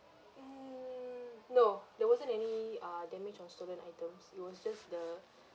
mm no there wasn't any ah damaged or stolen items it was just the